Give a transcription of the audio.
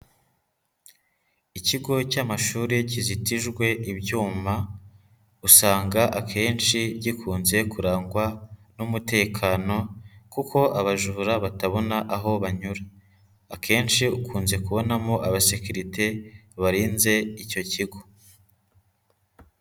Ikigo cy'amashuri kizitijwe ibyuma, usanga akenshi gikunze kurangwa n'umutekano kuko abajura batabona aho banyura, akenshi ukunze kubonamo abasikiririte barinze icyo kigo.